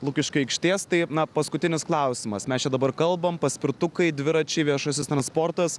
lukiškių aikštės taip na paskutinis klausimas mes čia dabar kalbam paspirtukai dviračiai viešasis transportas